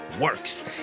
works